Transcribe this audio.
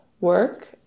work